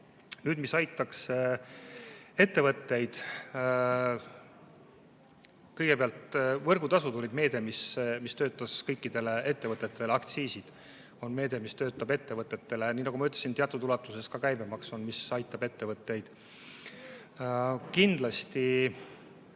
suur. Mis aitaks ettevõtteid? Kõigepealt, võrgutasud oli meede, mis töötas kõikidele ettevõtetele. Aktsiisid on meede, mis töötab ettevõtetele. Ja nii nagu ma ütlesin, teatud ulatuses on ka käibemaks see, mis aitab ettevõtteid. Kindlasti